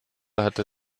hatte